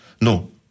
No